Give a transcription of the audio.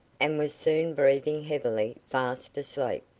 and was soon breathing heavily fast asleep.